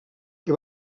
que